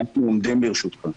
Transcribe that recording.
אנחנו עומדים לרשותך.